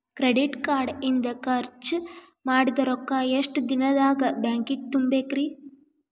Credit card ಇಂದ್ ಖರ್ಚ್ ಮಾಡಿದ್ ರೊಕ್ಕಾ ಎಷ್ಟ ದಿನದಾಗ್ ಬ್ಯಾಂಕಿಗೆ ತುಂಬೇಕ್ರಿ?